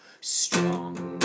Strong